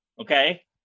okay